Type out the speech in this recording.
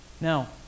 Now